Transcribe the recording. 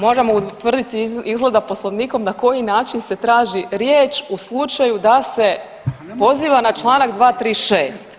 Moramo utvrditi izgleda Poslovnikom na koji način se traži riječ u slučaju da se poziva na čl. 236.